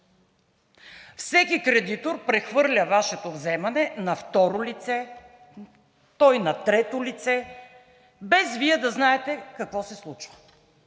всеки кредитор прехвърля Вашето вземане на второ лице, той на трето лице, без Вие да знаете какво се случва.